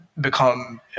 become